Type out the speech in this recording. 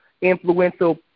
influential